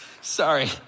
Sorry